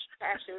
passion